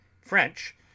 French